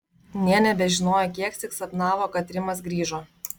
nė nebežinojo kieksyk sapnavo kad rimas grįžo